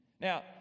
Now